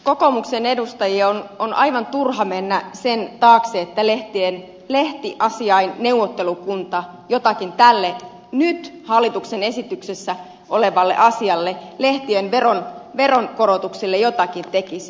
kokoomuksen edustajien on aivan turha mennä sen taakse että lehtiasiain neuvottelukunta jotakin tälle nyt hallituksen esityksessä olevalle asialle lehtien veronkorotukselle jotakin tekisi